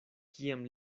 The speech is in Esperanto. kiam